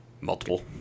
multiple